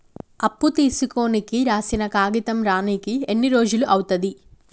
అప్పు తీసుకోనికి రాసిన కాగితం రానీకి ఎన్ని రోజులు అవుతది?